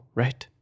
right